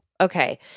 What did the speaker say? okay